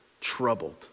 troubled